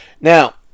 Now